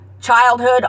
Childhood